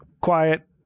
quiet